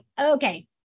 okay